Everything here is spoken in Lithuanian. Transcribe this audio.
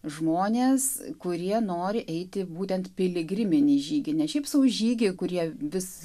žmonės kurie nori eiti būtent piligriminį žygį ne šiaip sau žygį kurie vis